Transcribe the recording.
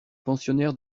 pensionnaires